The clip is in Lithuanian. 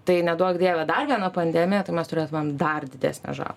tai neduok dieve dar viena pandemija tai mes turėtumėm dar didesnę žalą